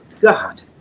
God